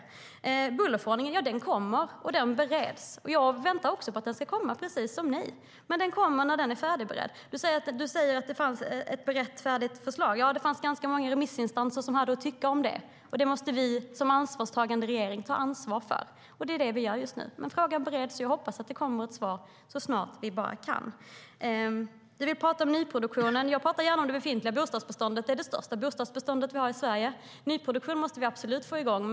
Du säger att det fanns ett färdigberett förslag. Det var ganska många remissinstanser som skulle ge sin syn på det. Det måste vi som ansvarstagande regering ta ansvar för, och det är det som vi gör just nu. Men frågan bereds, och jag hoppas att det kommer ett svar så snart som möjligt. Du vill tala om nyproduktionen. Jag talar gärna om det befintliga bostadsbeståndet, som är det största bostadsbestånd som vi har i Sverige. Nyproduktion måste vi absolut få igång.